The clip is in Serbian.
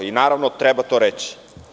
I naravno, treba to reći.